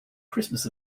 christmas